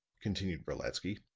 continued brolatsky,